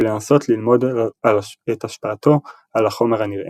ולנסות ללמוד את השפעתו על החומר הנראה.